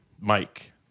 Mike